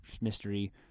mystery